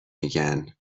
میگن